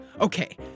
Okay